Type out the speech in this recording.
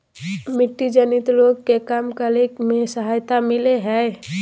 मिट्टी जनित रोग के कम करे में सहायता मिलैय हइ